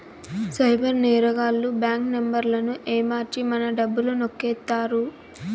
cyber నేరగాళ్లు bank నెంబర్లను ఏమర్చి మన డబ్బులు నొక్కేత్తారు